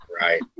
Right